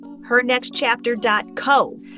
hernextchapter.co